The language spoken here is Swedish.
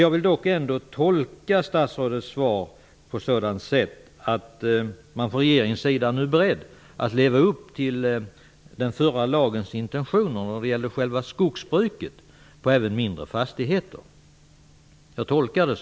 Jag vill ändock tolka statsrådets svar så, att regeringen nu är beredd att leva upp till den förra lagens intentioner för själva skogsbruket, även när det gäller mindre fastigheter.